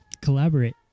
Collaborate